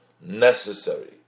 necessary